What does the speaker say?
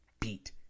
beat